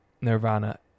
Nirvana